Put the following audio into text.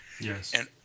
Yes